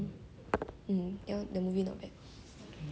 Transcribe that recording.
and also like got [one] the you know the one with the 剪刀